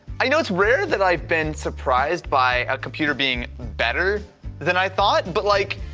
i know it's rare that i've been surprised by a computer being better than i thought, but like,